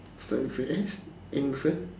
start with S end with a